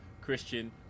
Christian